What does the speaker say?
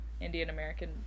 Indian-American